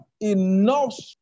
enough